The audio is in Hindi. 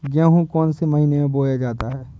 गेहूँ कौन से महीने में बोया जाता है?